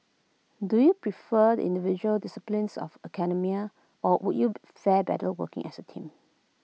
do you prefer the individual disciplines of academia or would you fare better working as A team